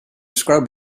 scrub